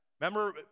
Remember